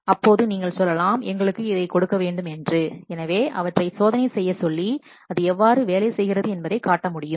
அப்போது நீங்கள் சொல்லலாம் எங்களுக்கு இதை கொடுக்க வேண்டுமென்று எனவே அவற்றை சோதனை செய்ய சொல்லி அது எவ்வாறு வேலை செய்கிறது என்பதை காட்ட முடியும்